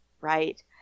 Right